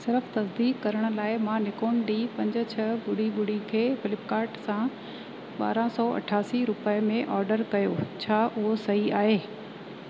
सिर्फ़ तसदीक़ु करण लाइ मां निकोन डी पंज छह ॿुड़ी ॿुड़ी खे फ़्लिपकार्ट सां ॿारहं सौ अठासी रुपए में ऑडर कयो छा उहो सही आहे